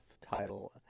title